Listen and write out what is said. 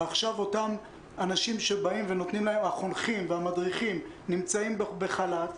אותם חונכים ומדריכים נמצאים בחל"ת.